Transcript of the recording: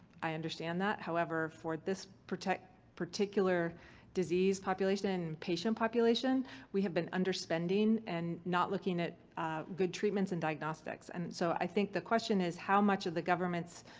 i understand that, however, for this particular disease population and patient population we have been underspending and not looking at good treatments and diagnostics and so i think the question is, how much of the government's,